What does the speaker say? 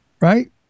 right